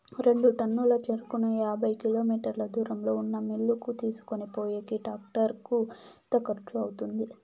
రెండు టన్నుల చెరుకును యాభై కిలోమీటర్ల దూరంలో ఉన్న మిల్లు కు తీసుకొనిపోయేకి టాక్టర్ కు ఎంత ఖర్చు వస్తుంది?